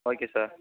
okay sir